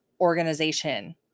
organization